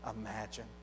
imagine